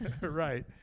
right